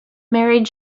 married